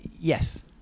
Yes